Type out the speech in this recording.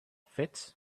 fits